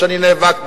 שאני נאבק,